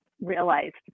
realized